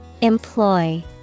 Employ